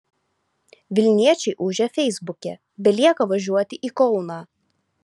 vilniečiai ūžia feisbuke belieka važiuoti į kauną